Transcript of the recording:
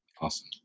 Awesome